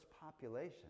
population